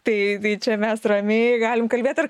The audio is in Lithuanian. tai tai čia mes ramiai galim kalbėt ar